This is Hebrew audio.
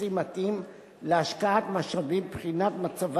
תמריצים מתאים להשקעת משאבים בבחינת מצבה